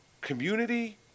community